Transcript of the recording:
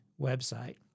website